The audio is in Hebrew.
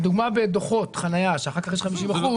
לדוגמה בדוחות חנייה, שאחר כך יש 50%,